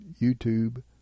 YouTube